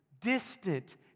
distant